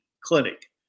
clinic